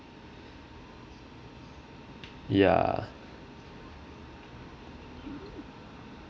ya